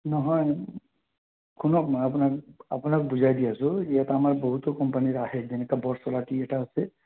নহয় শুনক মই আপোনাক আপোনাক বুজাই দি আছোঁ ইয়াত আমাৰ বহুতো কোম্পানীৰ আহে যেনেকে বৰচলাৰ টি এটা আছে